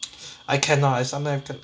I cannot I sometime